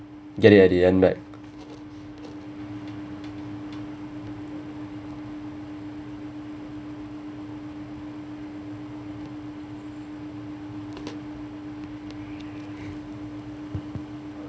get it at the end right